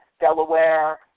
Delaware